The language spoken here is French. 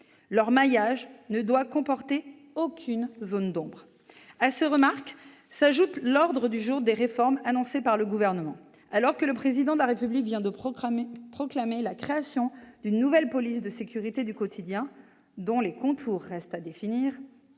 Leur maillage ne doit comporter aucune zone d'ombre. À ces remarques s'ajoute l'ordre du jour des réformes annoncées par le Gouvernement. Alors que le Président de la République vient de proclamer la création d'une nouvelle police de sécurité du quotidien, dont les contours restent à définir,